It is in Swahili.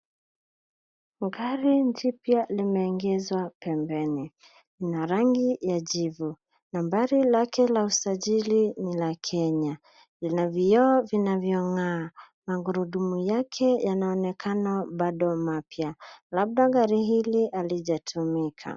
Gari jipya linaingizwa pembeni, lina rangi ya jivu .Nambari lake la usajili ni la Kenya. Lina vioo vinavyong'aa magurudumu yake yanaonekana bado mapya, labda gari hili halijatumika.